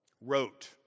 wrote